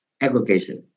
Aggregation